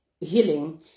healing